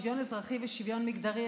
שוויון אזרחי ושוויון מגדרי,